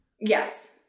Yes